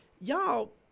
Y'all